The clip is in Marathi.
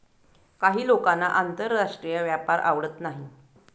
काही लोकांना आंतरराष्ट्रीय व्यापार आवडत नाही